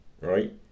right